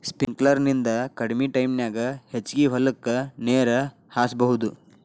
sprinkler ನಿಂದ ಕಡಮಿ ಟೈಮನ್ಯಾಗ ಹೆಚಗಿ ಹೊಲಕ್ಕ ನೇರ ಹಾಸಬಹುದು